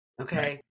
Okay